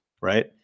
right